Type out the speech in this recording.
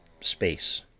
space